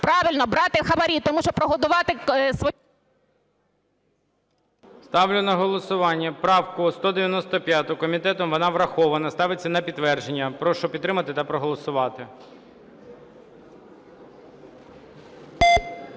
Правильно, брати хабарі. Тому що прогодувати… ГОЛОВУЮЧИЙ. Ставлю на голосування правку 195. Комітетом вона врахована, ставиться на підтвердження. Прошу підтримати та проголосувати.